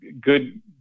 good